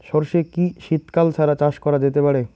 সর্ষে কি শীত কাল ছাড়া চাষ করা যেতে পারে?